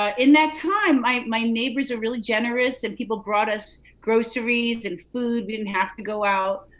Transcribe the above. ah in that time, my my neighbors are really generous and people brought us groceries and food. we didn't have to go out.